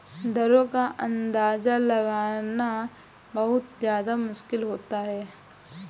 दरों का अंदाजा लगाना बहुत ज्यादा मुश्किल होता है